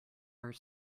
are